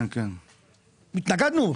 התנגדנו,